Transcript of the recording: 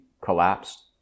collapsed